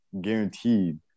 Guaranteed